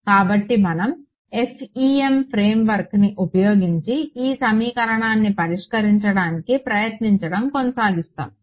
కాబట్టి మనం FEM ఫ్రేమ్వర్క్ని ఉపయోగించి ఈ సమీకరణాన్ని పరిష్కరించడానికి ప్రయత్నించడం కొనసాగిస్తాము